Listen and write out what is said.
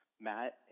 Matt